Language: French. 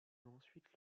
ensuite